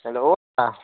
hello আহ